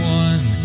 one